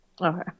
Okay